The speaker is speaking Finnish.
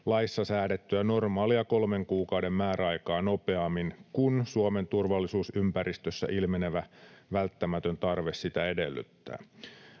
laissa säädettyä normaalia kolmen kuukauden määräaikaa nopeammin, kun Suomen turvallisuusympäristössä ilmenevä välttämätön tarve sitä edellyttää.